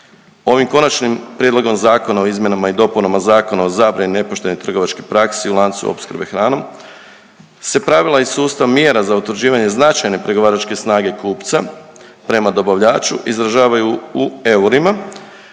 Ovim Konačnim prijedlogom zakona o izmjenama i dopunama Zakona o zabrani nepoštenih trgovačkih praksi u lancu opskrbe hranom se pravila i sustav mjera za utvrđivanje značajne pregovaračke snage kupca prema dobavljaču izražavaju u eurima,